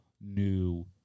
new